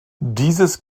dieses